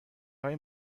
های